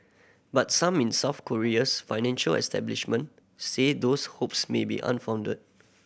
but some in South Korea's financial establishment say those hopes may be unfounded